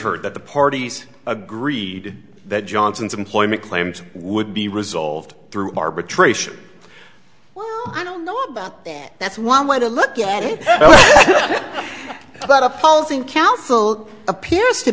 heard that the parties agreed that johnson's employment claims would be resolved through arbitration well i don't know about that that's one way to look at it that opposing counsel appears to